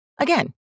Again